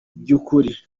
byukuri